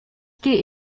geh